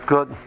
Good